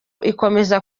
ikomeza